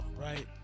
right